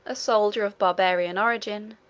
a soldier of barbarian origin,